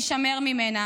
שיש להישמר ממנה,